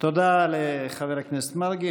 תודה לחבר הכנסת מרגי.